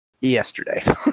yesterday